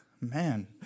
Man